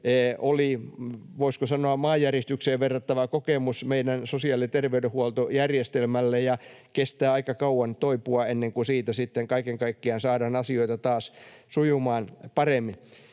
maanjäristykseen verrattava kokemus meidän sosiaali- ja terveydenhuoltojärjestelmälle, ja kestää aika kauan toipua siitä ennen kuin kaiken kaikkiaan saadaan asioita taas sujumaan paremmin.